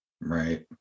Right